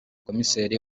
komiseri